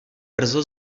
brzo